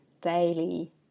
daily